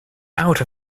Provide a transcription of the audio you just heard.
out